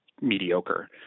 mediocre